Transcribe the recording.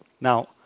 Now